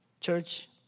Church